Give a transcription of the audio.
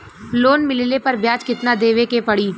Loan मिलले पर ब्याज कितनादेवे के पड़ी?